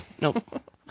Nope